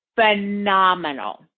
phenomenal